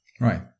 Right